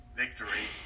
victory